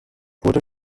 wurde